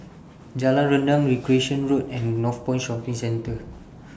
Jalan Rendang Recreation Road and Northpoint Shopping Centre